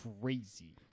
crazy